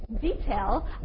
detail